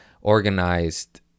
organized